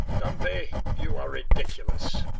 dumby, you are ridiculous,